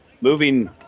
moving